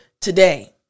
today